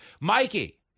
Mikey